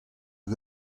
hag